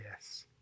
yes